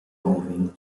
moving